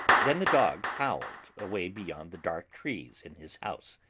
then the dogs howled, away beyond the dark trees in his house.